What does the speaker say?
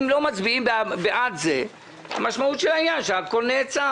אם לא מצביעים בעד זה המשמעות של העניין היא שהכול נעצר.